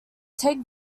take